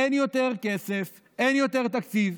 אין יותר כסף, אין יותר תקציב.